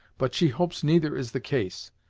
but she hopes neither is the case.